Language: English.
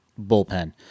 bullpen